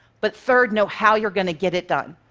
but third, know how you're going to get it done.